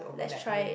let's try it